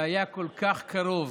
שהיה כל כך קרוב